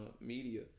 media